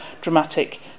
dramatic